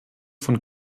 von